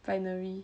binary